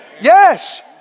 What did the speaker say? yes